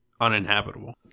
uninhabitable